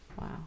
wow